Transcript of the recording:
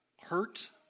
hurt